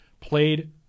played